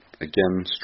again